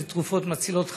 אלה תרופות מצילות חיים,